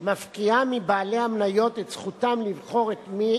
מפקיעה מבעלי המניות את זכותם לבחור את מי